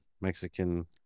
Mexican